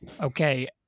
okay